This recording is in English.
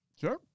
Sure